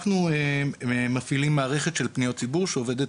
אנחנו מפעילים מערכת של פניות ציבור שעובדת,